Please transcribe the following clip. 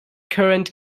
current